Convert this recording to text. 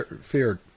feared